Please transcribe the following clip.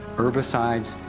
herbicides,